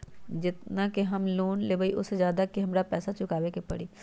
जेतना के हम लोन लेबई ओ से ज्यादा के हमरा पैसा चुकाबे के परी?